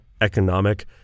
economic